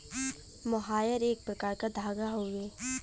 मोहायर एक प्रकार क धागा हउवे